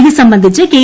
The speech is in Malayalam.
ഇതു സംബന്ധിച്ച് കെ